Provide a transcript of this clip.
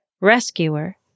rescuer